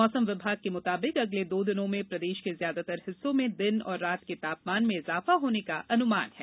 मौसम विभाग के मुताबिक अगले दो दिनों में प्रदेश के ज्यादातर हिस्सों में दिन और रात के तापमान में इजाफा होने का अनुमान है